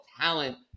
talent